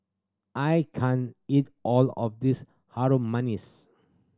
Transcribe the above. I can't eat all of this Harum Manis